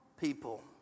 people